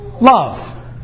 love